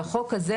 בחוק הזה,